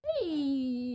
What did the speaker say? Hey